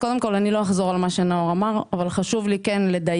אחזור על מה שנאור אמר אבל כן חשוב לי לדייק.